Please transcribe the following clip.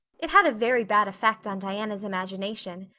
it had a very bad effect on diana's imagination.